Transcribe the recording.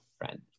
friend